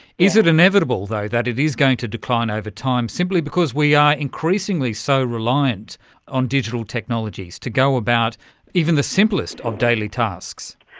is it inevitable though that it is going to decline over time simply because we are increasingly so reliant on digital technologies to go about even the simplest of daily tasks?